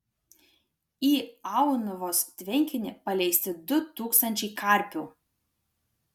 į aunuvos tvenkinį paleisti du tūkstančiai karpių